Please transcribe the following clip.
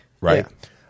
Right